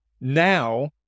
now